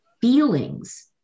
Feelings